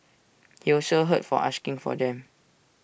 he also heard for asking for them